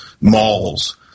malls